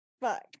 fuck